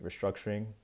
restructuring